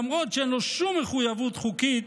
למרות שאין לו שום מחויבות חוקית